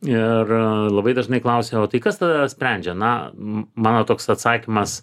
ir labai dažnai klausia o tai kas tada sprendžia na mano toks atsakymas